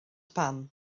pan